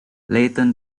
layton